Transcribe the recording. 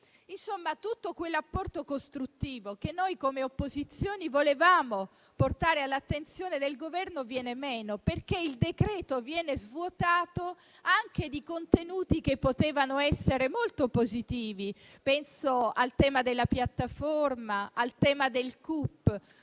Insomma, tutto quell'apporto costruttivo che noi, come opposizioni, volevamo portare all'attenzione del Governo viene meno, perché il decreto-legge viene svuotato anche di contenuti che potevano essere molto positivi. Penso al tema della piattaforma o a quello del CUP: